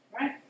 Right